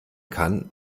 kann